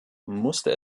musste